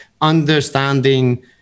understanding